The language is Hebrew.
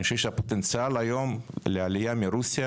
אני חושב שהפוטנציאל היום לעלייה מרוסיה